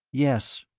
yes.